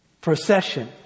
procession